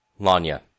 Lanya